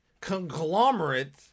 conglomerate